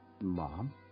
Mom